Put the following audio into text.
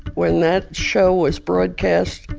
when that show was broadcast,